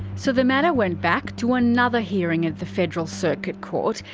so the matter went back to another hearing at the federal circuit court.